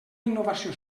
innovació